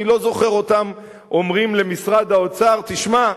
אני לא זוכר אותם אומרים למשרד האוצר: תשמע,